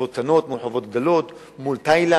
חברות קטנות מול חברות גדולות, מול תאילנד.